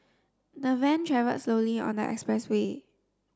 the van travelled slowly on the expressway